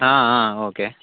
okay